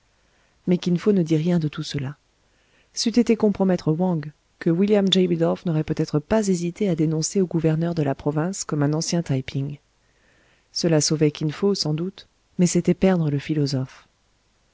mais kin fo ne dit rien de tout cela c'eût été compromettre wang que william j bidulph n'aurait peut-être pas hésité à dénoncer au gouverneur de la province comme un ancien taï ping cela sauvait kin fo sans doute mais c'était perdre le philosophe